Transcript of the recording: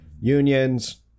unions